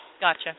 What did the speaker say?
Gotcha